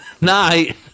Night